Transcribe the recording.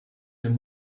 den